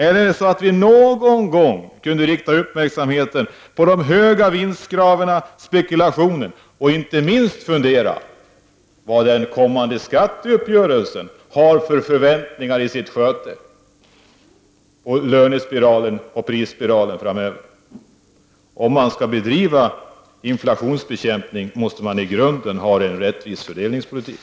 Kan vi inte någon gång rikta uppmärksamheten på de höga vinsterna och spekulationen? Inte minst bör vi fundera på vilka förväntningar som den kommande skatteuppgörelsen skapar och hur detta påverkar löneoch prisspiralen. Om man skall bedriva inflationsbekämpning måste man i grunden ha en rättvis fördelningspolitik.